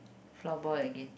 floorball again